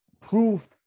proved